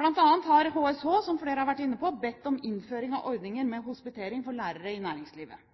Blant annet har HSH, som flere har vært inne på, bedt om innføring av ordninger med hospitering for lærere i næringslivet.